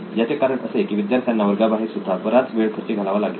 याचे कारण असे की विद्यार्थ्यांना वर्गाबाहेर सुद्धा बराच वेळ खर्ची घालावा लागेल